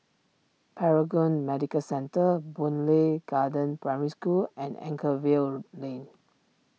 Paragon Medical Centre Boon Lay Garden Primary School and Anchorvale Lane